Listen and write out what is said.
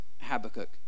Habakkuk